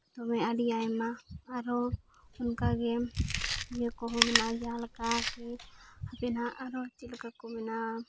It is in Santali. ᱫᱚᱢᱮ ᱟᱹᱰᱤ ᱟᱭᱢᱟ ᱟᱨᱦᱚᱸ ᱚᱱᱠᱟ ᱜᱮ ᱤᱭᱟᱹ ᱠᱚᱦᱚᱸ ᱢᱮᱱᱟᱜᱼᱟ ᱡᱟᱦᱟᱸ ᱞᱮᱠᱟ ᱠᱤ ᱦᱟᱯᱮᱱᱟᱦᱟᱸᱜ ᱟᱨᱚ ᱪᱮᱫ ᱞᱮᱠᱟ ᱠᱚ ᱢᱮᱱᱟ